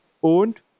und